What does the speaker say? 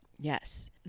Yes